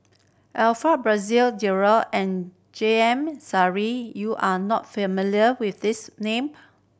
Alfred Frisby and J M Sali you are not familiar with these name